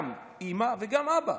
גם אימא וגם אבא.